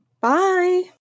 Bye